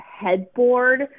headboard